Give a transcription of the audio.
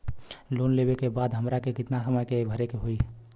Loan लेवे के बाद हमरा के कितना समय मे भरे के होई?